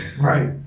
Right